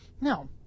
No